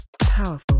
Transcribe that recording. Powerful